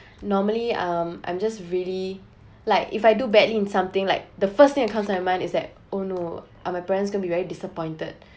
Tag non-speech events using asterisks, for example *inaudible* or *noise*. *breath* normally um I'm just really like if I do badly in something like the first thing that comes in my mind is that oh no are my parents going to be very disappointed *breath*